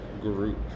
group